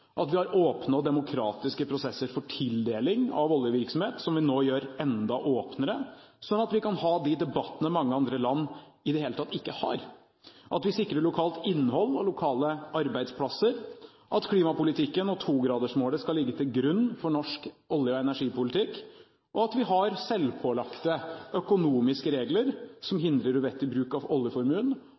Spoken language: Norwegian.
at vi har åpne og demokratiske prosesser for tildeling av oljevirksomhet, som vi nå gjør enda åpnere, slik at vi kan ha de debattene mange andre land i det hele tatt ikke har, at vi sikrer lokalt innhold og lokale arbeidsplasser, at klimapolitikken og togradersmålet skal ligge til grunn for norsk olje- og energipolitikk, at vi har selvpålagte økonomiske regler som hindrer uvettig bruk av oljeformuen,